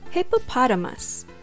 Hippopotamus